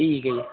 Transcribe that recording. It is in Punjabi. ਠੀਕ ਹੈ ਜੀ